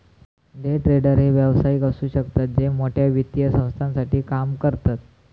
day trader हे व्यावसायिक असु शकतत जे मोठ्या वित्तीय संस्थांसाठी काम करतत